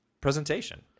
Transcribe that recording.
presentation